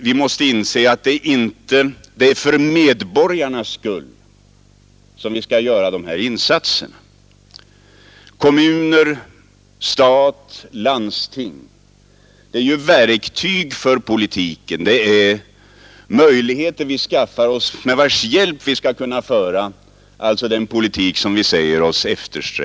Vi måste inse att det är för medborgarnas skull vi gör de här insatserna. Kommuner, stat, landsting är ju bara verktyg för politiken. Det är med deras hjälp vi skall genomföra förändringarna.